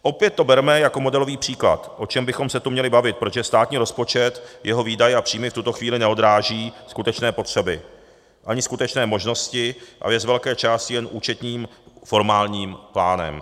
Opět to bereme jako modelový příklad, o čem bychom se tu měli bavit, protože státní rozpočet, jeho výdaje a příjmy v tuto chvíli neodráží skutečné potřeby ani skutečné možnosti a je z velké části jen účetním formálním plánem.